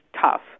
tough